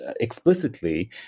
explicitly